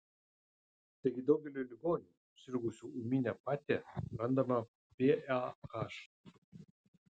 taigi daugeliui ligonių sirgusių ūmine pate randama pah